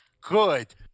good